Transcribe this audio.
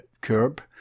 Curb